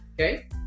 okay